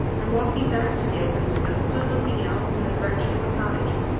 and, walking back to the open window, stood looking out in the direction of the cottage.